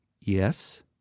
Yes